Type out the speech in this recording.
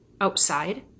outside